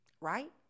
right